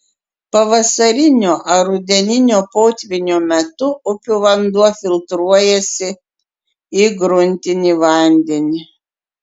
pavasarinio ar rudeninio potvynio metu upių vanduo filtruojasi į gruntinį vandenį